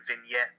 vignette